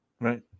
right